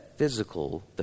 physical